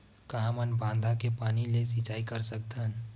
का हमन बांधा के पानी ले सिंचाई कर सकथन?